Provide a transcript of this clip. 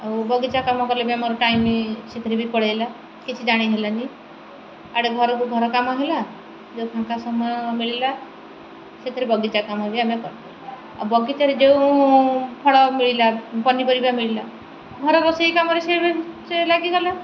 ଆଉ ବଗିଚା କାମ କଲେ ବି ଆମର ଟାଇମ୍ ସେଥିରେ ବି ପଳାଇଲା କିଛି ଜାଣିହେଲାନି ଇଆଡ଼େ ଘରକୁ ଘର କାମ ହେଲା ଯେଉଁ ଫାଙ୍କା ସମୟ ମିଳିଲା ସେଥିରେ ବଗିଚା କାମ ବି ଆମେ କଲୁ ଆଉ ବଗିଚାରେ ଯେଉଁ ଫଳ ମିଳିଲା ପନିପରିବା ମିଳିଲା ଘର ରୋଷେଇ କାମରେ ସେ ଲାଗିଗଲା